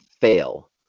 fail